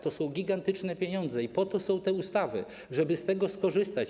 To są gigantyczne pieniądze i po to są te ustawy, żeby z tego skorzystać.